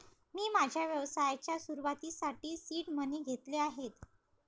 मी माझ्या व्यवसायाच्या सुरुवातीसाठी सीड मनी घेतले आहेत